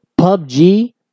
PUBG